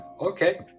okay